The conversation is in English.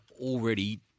already